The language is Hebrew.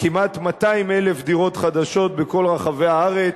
כמעט 200,000 דירות חדשות בכל רחבי הארץ,